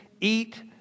eat